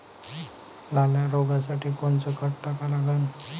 लाल्या रोगासाठी कोनचं खत टाका लागन?